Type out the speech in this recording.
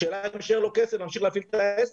השאלה אם יישאר לו כסף להמשיך להפעיל את העסק.